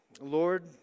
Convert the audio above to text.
Lord